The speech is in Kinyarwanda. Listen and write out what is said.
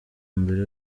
mbere